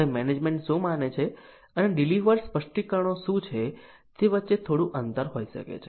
હવે મેનેજમેન્ટ શું માને છે અને ડિલિવર સ્પષ્ટીકરણો શું છે તે વચ્ચે થોડું અંતર હોઈ શકે છે